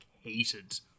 hated